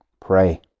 Pray